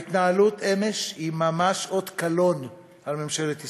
ההתנהלות אמש היא ממש אות קלון על ממשלת ישראל.